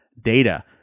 data